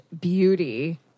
beauty